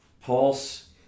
Pulse